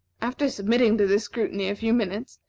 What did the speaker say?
after submitting to this scrutiny a few minutes,